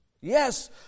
Yes